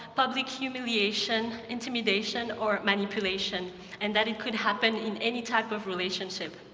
public humiliation, intimidation, or manipulation and that it could happen in any type of relationship.